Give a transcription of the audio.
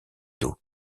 dos